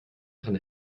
kann